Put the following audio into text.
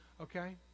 Okay